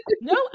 No